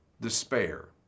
Despair